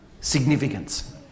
significance